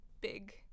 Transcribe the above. big